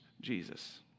Jesus